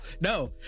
No